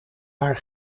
haar